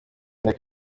nteko